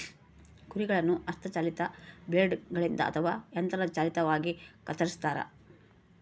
ಕುರಿಗಳನ್ನು ಹಸ್ತ ಚಾಲಿತ ಬ್ಲೇಡ್ ಗಳಿಂದ ಅಥವಾ ಯಂತ್ರ ಚಾಲಿತವಾಗಿ ಕತ್ತರಿಸ್ತಾರ